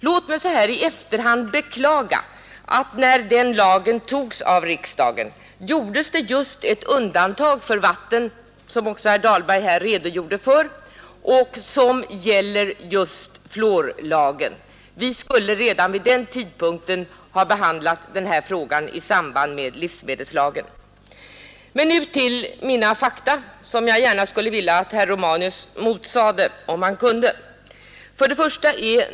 Låt mig i efterhand beklaga att det när den lagen antogs av riksdagen gjordes ett undantag just för vatten, vilket också herr Dahlberg redogjort för. Det gäller fluorlagen. Vi borde redan vid den tidpunkten ha behandlat denna fråga i samband med livsmedelslagen. Men nu till mina fakta som jag gärna skulle vilja att herr Romanus motsade om han kunde.